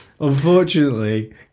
Unfortunately